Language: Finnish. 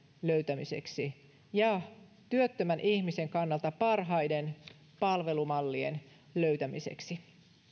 löytämiseksi ja työttömän ihmisen kannalta parhaiden palvelumallien löytämiseksi kiitos